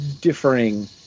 differing